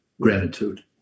gratitude